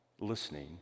listening